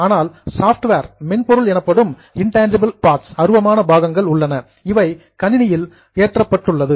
ஆனால் சாப்ட்வேர் மென்பொருள் எனப்படும் இன்டேன்ஜிபிள் பார்ட்ஸ் அருவமான பாகங்கள் உள்ளன இவை கணினியில் லோடெட் ஏற்றப்பட்டுள்ளது